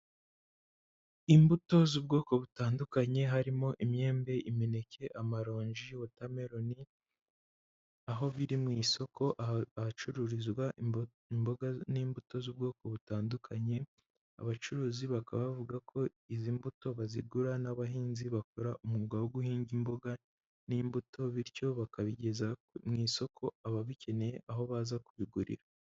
Imbuto z'ubwoko butandukanye, harimo imyembe, imineke, amaronji, wotameroni, aho biri mu isoko ahacururizwa imboga n'imbuto z'ubwoko butandukanye, abacuruzi bakaba bavuga ko izi mbuto bazigura n'abahinzi bakora umwuga wo guhinga imboga n'imbuto, bityo bakabigeza mu isoko, ababikeneye aho baza kubigurira.